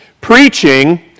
preaching